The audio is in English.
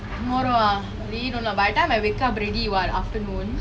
tomorrow ah I really don't know by the time I wake up already [what] afternoon